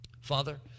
Father